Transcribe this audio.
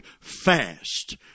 fast